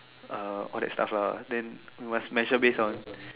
uh all that stuff lah then must measure based on